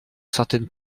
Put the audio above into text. certaines